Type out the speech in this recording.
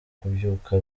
kubyuka